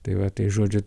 tai va tai žodžiu